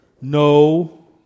no